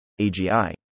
AGI